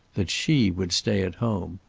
that she would stay at home.